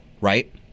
right